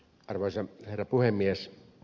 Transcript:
arvoisa herra puhemies